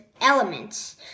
elements